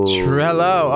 Trello